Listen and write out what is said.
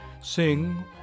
sing